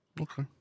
Okay